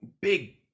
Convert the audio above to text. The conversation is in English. big